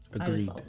Agreed